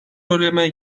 oylamaya